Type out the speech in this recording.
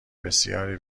بسیار